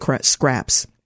scraps